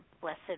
blessed